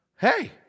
hey